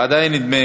ועדיין, נדמה